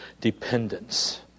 dependence